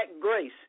grace